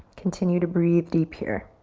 continue to breathe deep here.